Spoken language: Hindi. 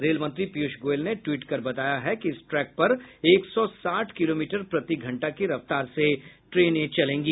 रेल मंत्री पीयूष गोयल ने टिवट कर बताया है कि इस ट्रैक पर एक सौ साठ किमी प्रति घंटा की रफ्तार से ट्रेने चलेंगी